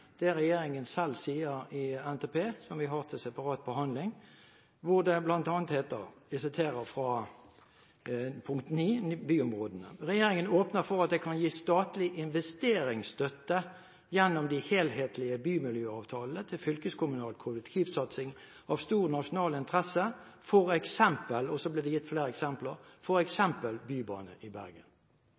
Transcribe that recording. det regjeringen selv sier i NTP, som vi har til separat behandling, hvor det bl.a. heter – jeg siterer fra kapittel 9 om byområdene: «Regjeringen åpner derfor for at det kan gis statlig investeringsstøtte gjennom de helhetlige bymiljøavtalene til fylkeskommunal kollektivinfrastruktur av stor nasjonal interesse, for eksempel» – og her blir det gitt flere eksempler – «bybane i Bergen.»